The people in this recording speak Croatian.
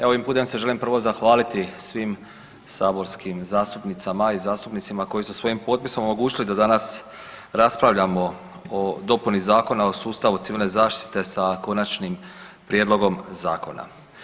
Evo ovim putem se želim prvo zahvaliti svim saborskim zastupnicama i zastupnicima koji su svojim potpisom omogućili da danas raspravljamo o dopuni Zakona o sustavu civilne zaštite sa konačnim prijedlogom zakona.